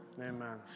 Amen